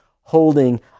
holding